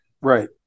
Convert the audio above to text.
Right